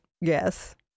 yes